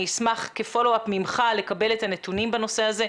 אשמח כפולו-אפ ממך לקבל את הנתונים בנושא הזה,